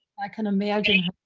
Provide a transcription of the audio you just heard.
i can imagine